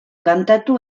kantatu